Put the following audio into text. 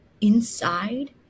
Inside